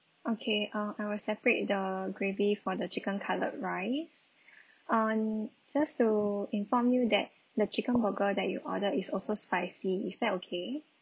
okay uh I will separate the gravy for the chicken cutlet rice on just to inform you that the chicken burger that you order is also spicy is that okay